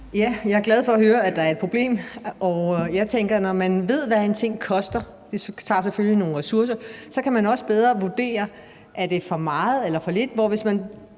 Jeg er glad for at høre, at der er et problem, og jeg tænker, at man, når man ved, hvad en ting koster – det tager selvfølgelig nogle ressourcer – så også bedre kan vurdere, om det er for meget eller for lidt.